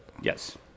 Yes